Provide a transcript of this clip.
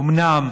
אומנם,